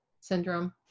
syndrome